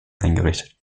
eingerichtet